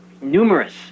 numerous